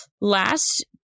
last